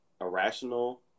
irrational